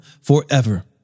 forever